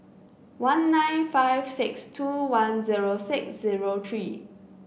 one nine five six two one zero six zero three